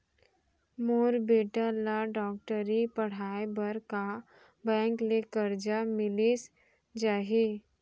मोर बेटा ल डॉक्टरी पढ़ाये बर का बैंक ले करजा मिलिस जाही?